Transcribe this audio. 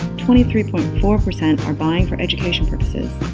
twenty three point four are buying for education purposes.